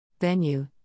Venue